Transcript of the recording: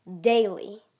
daily